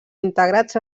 integrats